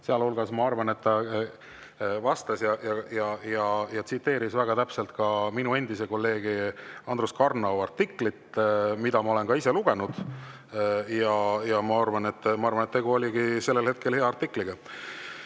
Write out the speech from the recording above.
Sealhulgas, ma arvan, ta vastas ja tsiteeris väga täpselt ka minu endise kolleegi Andrus Karnau artiklit, mida ma olen ka ise lugenud. Ja ma arvan, et tegu oligi sellel hetkel hea artikliga.